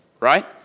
right